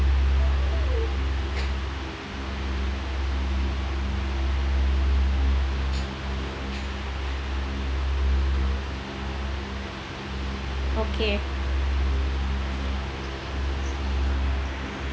okay